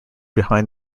behind